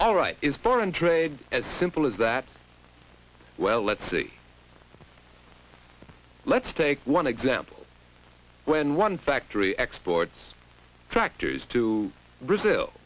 alright is foreign trade as simple as that well let's see let's take one example when one factory exports tractors to brazil